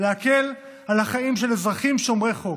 להקל את החיים של אזרחים שומרי חוק,